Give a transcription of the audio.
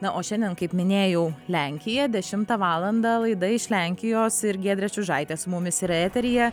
na o šiandien kaip minėjau lenkija dešimtą valandą laida iš lenkijos ir giedrė čiužaitė su mumis yra eteryje